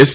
S